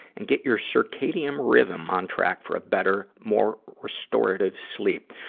and get your circadian rhythm on track for a better, more restorative sleep.